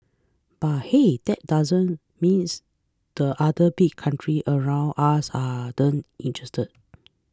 but hey that doesn't means the other big countries around us aren't interested